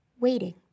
waiting